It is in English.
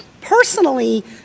personally